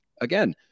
Again